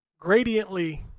Gradiently